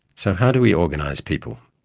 so how do we organise people.